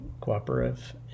Cooperative